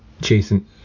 Jason